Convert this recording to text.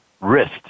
risk